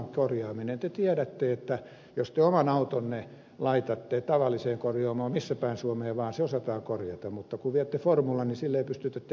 te tiedätte että jos te oman autonne laitatte tavalliseen korjaamoon missä päin suomea vaan se osataan korjata mutta kun viette formulan niin sille ei pystytä tekemään mitään